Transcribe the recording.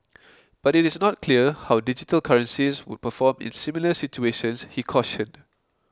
but it is not clear how digital currencies would perform in similar situations he cautioned